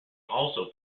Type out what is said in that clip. also